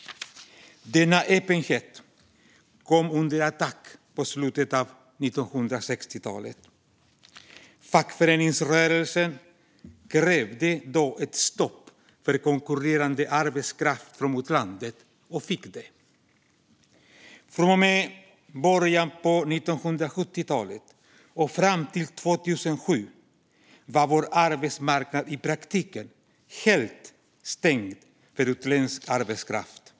Denna öppenhet kom under attack i slutet av 1960-talet. Fackföreningsrörelsen krävde då ett stopp för konkurrerande arbetskraft från utlandet och fick det. Från och med början av 1970-talet och fram till 2007 var vår arbetsmarknad i praktiken helt stängd för utländsk arbetskraft.